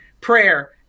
prayer